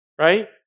right